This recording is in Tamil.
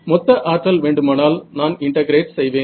மொத்த ஆற்றல் வேண்டுமானால் நான் இன்டெகிரேட் செய்வேன்